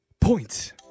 Point